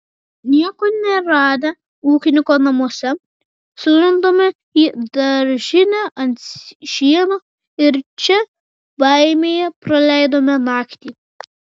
nieko neradę ūkininko namuose sulindome į daržinę ant šieno ir čia baimėje praleidome naktį